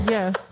Yes